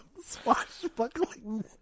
Swashbuckling